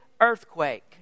earthquake